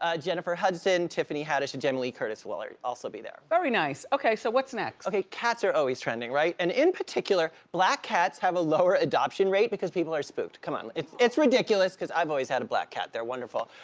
ah jennifer hudson, tiffany haddish. jamie lee curtis will also be there. very nice, okay, so what's next? okay, cats are always trending, right? and in particular, black cats have a lower adoption rate because people are spooked. aw. come on. it's it's ridiculous, cause i've always had a black cat. they're wonderful,